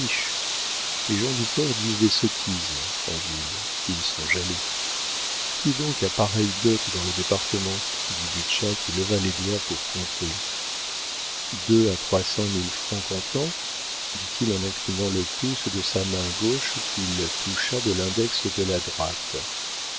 les gens du port disent des sottises en ville ils sont jaloux qui donc a pareille dot dans le département dit butscha qui leva les doigts pour compter deux à trois cent mille francs comptant dit-il en inclinant le pouce de sa main gauche qu'il toucha de l'index de la droite